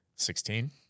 Sixteen